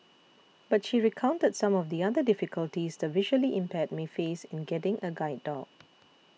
but she recounted some of the other difficulties the visually impaired may face in getting a guide dog